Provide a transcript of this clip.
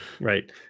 right